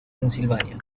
pensilvania